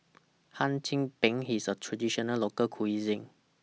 Hum Chim Peng IS A Traditional Local Cuisine